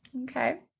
Okay